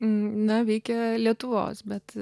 na veikia lietuvos bet